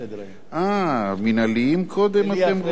אה, מינהליים קודם אתם רוצים?